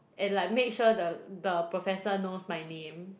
and like make sure the the professor knows my name